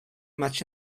matchs